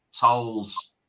toll's